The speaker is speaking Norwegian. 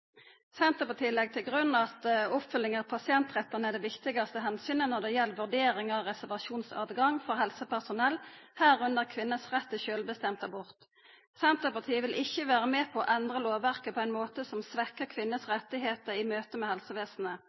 Senterpartiet legg til grunn at oppfølging av pasientrettane er det viktigaste omsynet når det gjeld vurdering av høvet til reservasjon for helsepersonell, medrekna kvinners rett til sjølvbestemd abort. Senterpartiet vil ikkje vera med på å endra lovverket på ein måte som svekkjer kvinners rettar i møte med